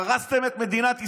הרסתם את מדינת ישראל.